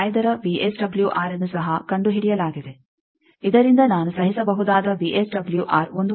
5ರ ವಿಎಸ್ಡಬ್ಲ್ಯೂಆರ್ಅನ್ನು ಸಹ ಕಂಡುಹಿಡಿಯಲಾಗಿದೆ ಇದರಿಂದ ನಾನು ಸಹಿಸಬಹುದಾದ ವಿಎಸ್ಡಬ್ಲ್ಯೂಆರ್ 1